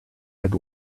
had